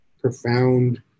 profound